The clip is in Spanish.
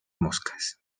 moscas